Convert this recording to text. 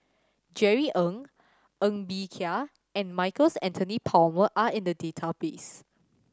Jerry Ng Ng Bee Kia and Michael Anthony Palmer are in the database